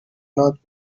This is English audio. not